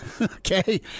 okay